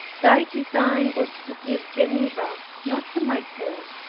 thy design was to give geneva not to my cares,